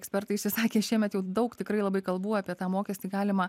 ekspertai išsisakė šiemet jau daug tikrai labai kalbų apie tą mokestį galima